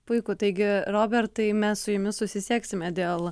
puiku taigi robertai mes su jumis susisieksime dėl